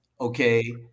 okay